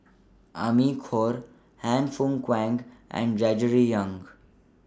Amy Khor Han Fook Kwang and Gregory Yong